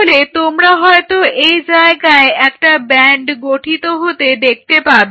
তাহলে তোমরা হয়তো এই জায়গায় একটা ব্যান্ড গঠিত হতে দেখতে পাবে